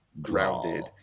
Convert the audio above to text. grounded